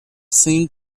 same